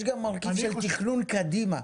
יש כאן גם מרכיב של תכנון קדימה,